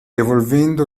evolvendo